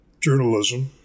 journalism